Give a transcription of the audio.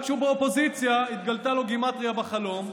רק כשהוא באופוזיציה התגלתה לו גימטרייה בחלום,